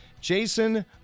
Jason